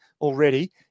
already